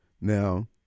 Now